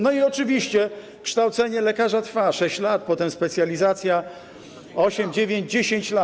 No i oczywiście kształcenie lekarza trwa 6 lat, potem specjalizacja - 8, 9, 10 lat.